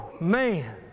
man